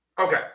Okay